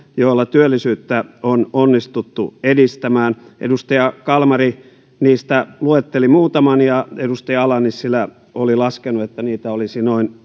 joilla työllisyyttä on onnistuttu edistämään edustaja kalmari niistä luetteli muutaman ja edustaja ala nissilä oli laskenut että niitä olisi noin